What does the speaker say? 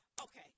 okay